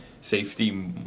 Safety